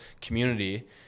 community